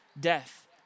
death